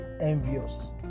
envious